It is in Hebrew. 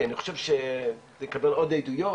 כי אני חושב שלקבל עוד עדויות,